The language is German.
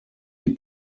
die